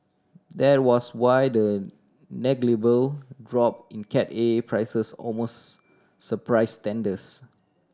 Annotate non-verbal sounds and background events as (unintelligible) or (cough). that was why the negligible drop in Cat A prices almost surprised (unintelligible)